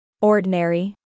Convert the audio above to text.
Ordinary